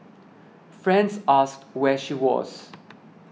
friends asked where she was